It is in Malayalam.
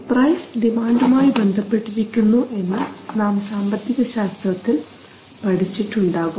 പ്രൈസ് ഡിമാൻഡ് മായി ബന്ധപ്പെട്ടിരിക്കുന്നു എന്ന് നാം സാമ്പത്തികശാസ്ത്രത്തിൽ പഠിച്ചിട്ട് ഉണ്ടാകും